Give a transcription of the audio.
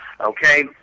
Okay